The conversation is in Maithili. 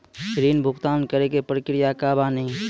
ऋण भुगतान करे के प्रक्रिया का बानी?